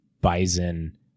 bison